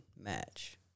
match